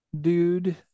dude